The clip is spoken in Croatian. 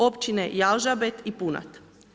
Općine Jalžabet i Punat.